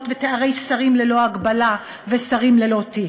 ותוארי שרים ללא הגבלה ושרים ללא תיק.